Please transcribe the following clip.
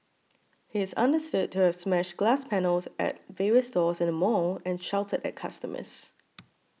he is understood to have smashed glass panels at various stores in the mall and shouted at customers